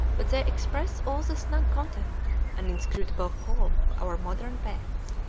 but they express all the snug content and inscrutable calm of our modern pets.